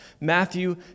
Matthew